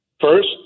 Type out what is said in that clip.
First